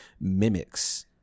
mimics